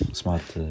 smart